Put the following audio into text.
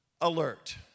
alert